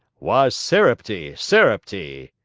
why, sarepty, sarepty!